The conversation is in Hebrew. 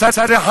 מצד אחד